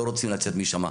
לא רוצים לצאת משם?